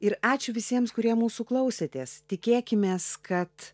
ir ačiū visiems kurie mūsų klausėtės tikėkimės kad